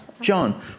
John